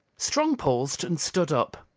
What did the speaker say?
strong paused and stood up.